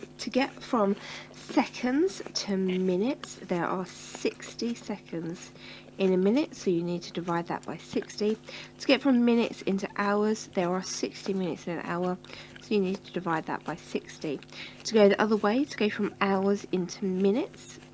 to get from seconds to minutes are sixty seconds in a minute so you need to divide that by sixty to get from minutes into hours there are sixty minutes in an hour? so you need to divide that by sixty to go the other way to go from hours into minutes?